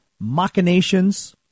machinations